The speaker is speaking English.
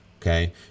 Okay